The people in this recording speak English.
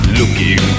looking